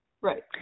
Right